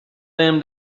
them